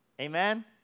Amen